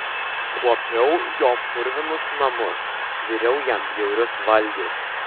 kuopiau jo purvinus namus viriau jam bjaurius valgius